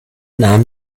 nahm